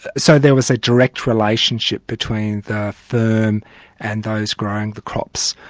so there was a direct relationship between the firm and those growing the crops.